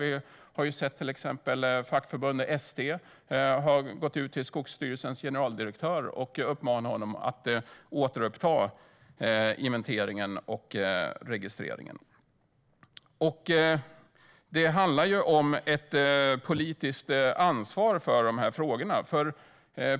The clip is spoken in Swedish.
Vi har ju sett att till exempel fackförbundet ST har uppmanat Skogsstyrelsens generaldirektör att återuppta inventeringen och registreringen. Det handlar om ett politiskt ansvar för de här frågorna.